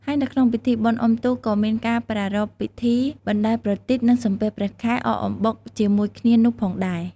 ហើយនៅក្នុងពិធីបុណ្យអ៊ំុទូក ក៏មានការប្រារព្ធពិធី បណ្តែតប្រទីប និងសំពះព្រះខែ អកអំបុកជាមួយគ្នានោះផងដែរ។